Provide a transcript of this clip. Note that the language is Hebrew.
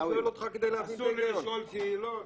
אני שואל כדי להבין את ההיגיון.